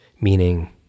meaning